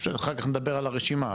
שאחר כך נדבר על הרשימה,